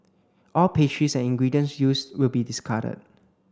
all pastries and ingredients used will be discarded